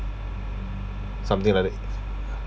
something like that